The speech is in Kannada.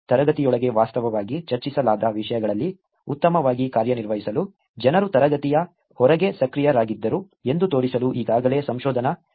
ತರಗತಿಯೊಳಗೆ ವಾಸ್ತವವಾಗಿ ಚರ್ಚಿಸಲಾದ ವಿಷಯಗಳಲ್ಲಿ ಉತ್ತಮವಾಗಿ ಕಾರ್ಯನಿರ್ವಹಿಸಲು ಜನರು ತರಗತಿಯ ಹೊರಗೆ ಸಕ್ರಿಯರಾಗಿದ್ದರು ಎಂದು ತೋರಿಸಲು ಈಗಾಗಲೇ ಸಂಶೋಧನಾ ಸಾಹಿತ್ಯವಿದೆ